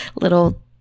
little